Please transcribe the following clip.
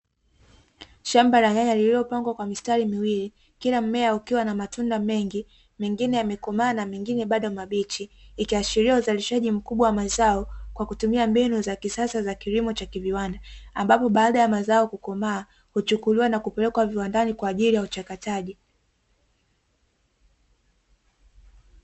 Shamba la nyanya lililopandwa kwa mistari miwili, kila mmea ukiwa na matunda mengi, mengine yamekomaa na mengine bado mabichi, ikiashiria uzalishaji mkubwa wa mazao, kwa kutumia mbinu za kisasa za kilimo cha kiviwanda, ambapo baada ya mazao kukomaa, huchukuliwa na kupelekwa viwandani kwa ajili ya uchakataji.